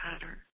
pattern